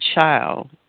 child